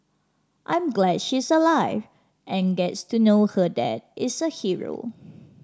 I'm glad she's alive and gets to know her dad is a hero